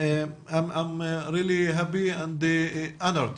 (תרגום חופשי מהשפה האנגלית